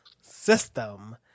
system